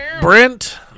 Brent